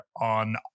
on